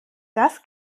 das